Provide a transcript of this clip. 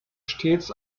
stets